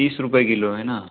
तीस रुपये किलो है ना